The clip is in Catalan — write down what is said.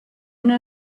una